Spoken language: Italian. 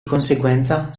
conseguenza